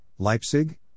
Leipzig